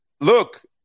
look